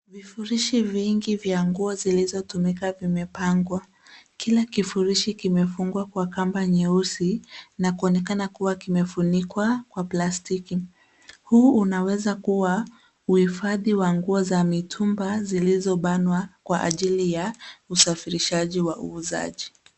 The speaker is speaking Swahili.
Vifurishi vingi vya nguo zilizotumika vimepangwa. Kila kifurishi kimefungwa kwa kamba nyeusi na kuonekana kuwa kimefunikwa kwa plastiki. Huu unaweza kuwa uhifadhi wa nguo za mitumba zilizobanwa kwa ajili ya usafirishaji wa uuzaji.